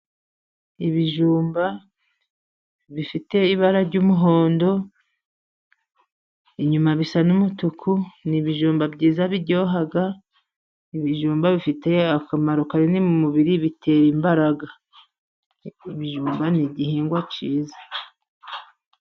Ibijumba bifite ibara ry'umuhondo, inyuma bisa n'umutuku, ni ibijumba byiza biryoha, ibijumba bifite akamaro kanini mu mubiri bitera imbaraga, ibijumba ni igihingwa cyiza.